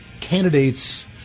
candidates